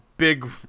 big